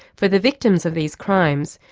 for the victims of these crimes,